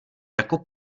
jako